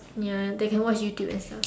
ya then can watch YouTube and stuff